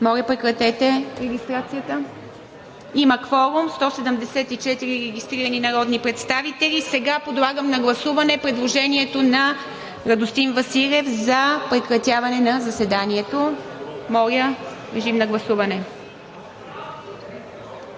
Моля, гласувайте. Има кворум – 174 регистрирани народни представители. Сега подлагам на гласуване предложението на Радостин Василев за прекратяване на заседанието. Моля, режим на гласуване.